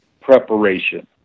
preparation